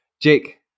Jake